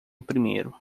primeiro